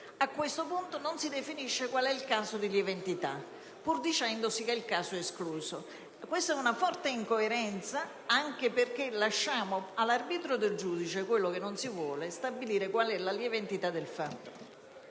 A questo punto non si definisce qual è il caso di lieve entità, pur dicendosi che il caso è escluso. Questa è una forte incoerenza, anche perché lasciamo all'arbitrio del giudice - quello che non si vuole - stabilire in cosa consiste la lieve entità del fatto.